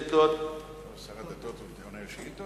ותעבור לוועדת החוץ והביטחון להכנה,